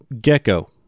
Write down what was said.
Gecko